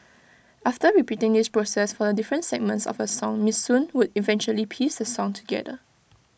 after repeating this process for the different segments of A song miss soon would eventually piece the song together